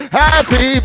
happy